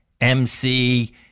MC